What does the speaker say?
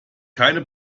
keine